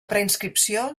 preinscripció